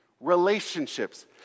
relationships